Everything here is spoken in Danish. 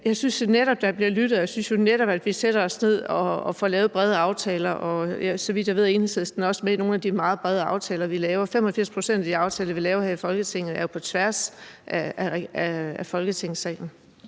jeg synes netop, der bliver lyttet, og jeg synes netop, at vi sætter os ned og får lavet brede aftaler, og så vidt jeg ved, er Enhedslisten også med i nogle af de meget brede aftaler, vi laver. 85 pct. af de aftaler, vi laver her i Folketinget, er jo lavet på tværs af Folketingssalen.